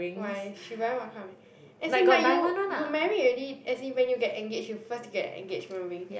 why she buying what kind of as in but you you married already as in when you get engaged you first get an engagement ring